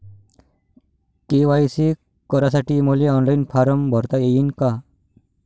KYC करासाठी मले online form भरता येईन का?